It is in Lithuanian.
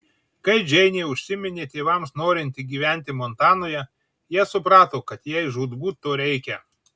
kai džeinė užsiminė tėvams norinti gyventi montanoje jie suprato kad jai žūtbūt to reikia